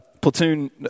platoon